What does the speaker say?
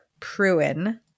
Pruin